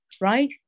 right